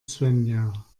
svenja